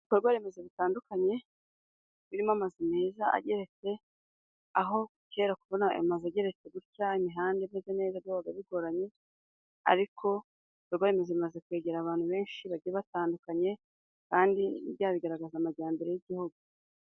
Ibikorwa remezo bitandukanye birimo amazu meza ageretse , aho kera kubona ayo mazu agerereke gutya imihanda imeze neza byabaga bigoranye, ariko ibikorwa remezo bimaze kwegera abantu benshi bagiye batandukanye kandi burya bigaragaza amajyambere y'igihugu.